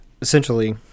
essentially